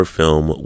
film